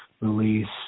release